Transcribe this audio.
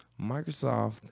Microsoft